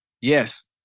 Yes